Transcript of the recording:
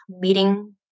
Meeting